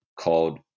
called